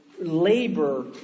labor